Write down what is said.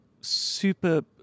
super